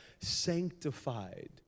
sanctified